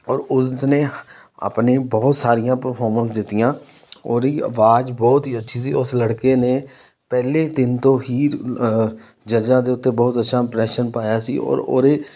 ਔਰ ਉਸ ਨੇ ਆਪਣੇ ਬਹੁਤ ਸਾਰੀਆਂ ਪਰਫੋਰਮੈਂਸ ਦਿੱਤੀਆਂ ਉਹਦੀ ਆਵਾਜ਼ ਬਹੁਤ ਹੀ ਅੱਛੀ ਸੀ ਉਸ ਲੜਕੇ ਨੇ ਪਹਿਲੇ ਦਿਨ ਤੋਂ ਹੀ ਜੱਜਾਂ ਦੇ ਉੱਤੇ ਬਹੁਤ ਅੱਛਾ ਇੰਪ੍ਰੈਸ਼ਨ ਪਾਇਆ ਸੀ ਔਰ ਉਹਦੇ